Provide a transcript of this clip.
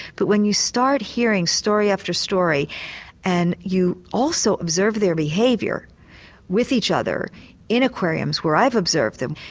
but when you start hearing story after story and you also observe their behaviour with each other in aquariums where i've observed them,